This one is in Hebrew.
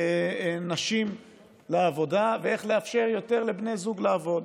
נשים לעבודה ואיך לאפשר יותר לבני זוג לעבוד.